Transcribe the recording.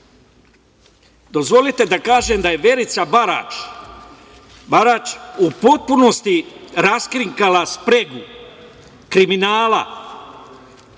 celini. Dozvolite da kažem da je Verica Barać u potpunosti raskrinkala spregu kriminala,